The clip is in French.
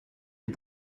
des